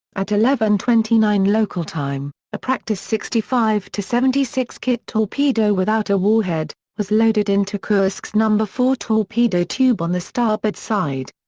at eleven twenty nine local time, a practice sixty five seventy six kit torpedo, without a warhead, was loaded into kursk's number four torpedo tube on the starboard side.